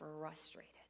frustrated